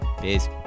peace